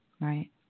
Right